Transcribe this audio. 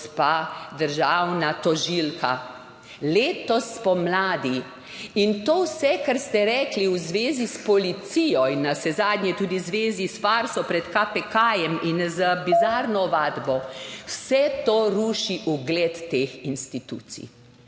gospa državna tožilka. Letos spomladi. In to vse, kar ste rekli v zvezi s policijo in navsezadnje tudi v zvezi s farso pred KPK in z bizarno ovadbo, vse to ruši ugled teh institucij.